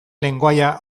lengoaia